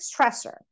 stressor